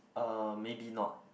uh maybe not